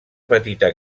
petita